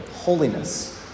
holiness